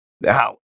Now